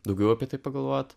daugiau apie tai pagalvot